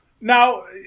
Now